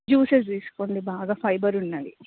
juices తీసుకోండి బాగా fibre ఉన్నవి